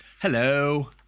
Hello